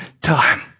time